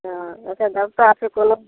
तऽ अच्छा देबताके कोनो